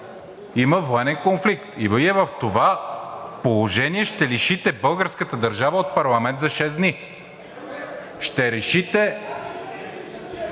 има военен конфликт. И Вие в това положение ще лишите българската държава от парламент за шест дни. (Шум и